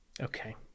Okay